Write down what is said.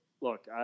look